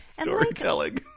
storytelling